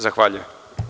Zahvaljujem.